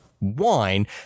wine